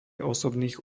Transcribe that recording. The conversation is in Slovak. osobných